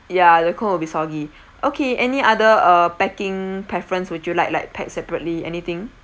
ya the cone will be soggy okay any other uh packing preference would you like like pack separately anything